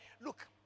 look